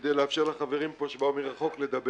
כדי לאפשר לחברים פה, שבאו מרחוק, לדבר.